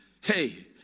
hey